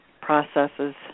processes